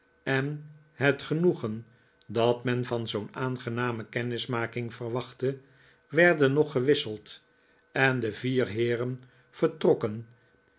en het genoegen dat men van zoo'n aangename kennismaking verwachtte werden nog gewisseld en de vier heeren vertrokken